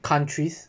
countries